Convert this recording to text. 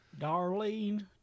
Darlene